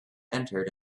entered